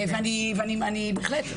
בהחלט,